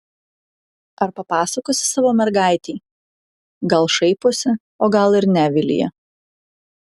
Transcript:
ar papasakosi savo mergaitei gal šaiposi o gal ir ne vilija